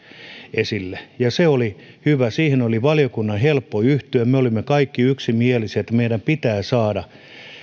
esille se oli hyvä siihen oli valiokunnan helppo yhtyä me olimme kaikki yksimielisiä siitä että meidän pitää saada